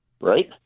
right